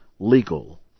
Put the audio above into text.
legal